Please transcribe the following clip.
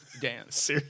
dance